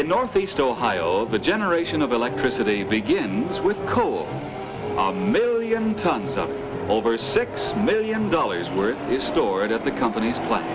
in northeast ohio the generation of electricity begins with coal million tons of over six million dollars worth is stored at the company's pla